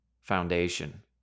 foundation